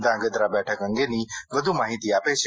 ધ્રાંગ્રધા બેઠક અંગેની વધુ માહિતી આપી છે